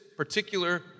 Particular